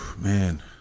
man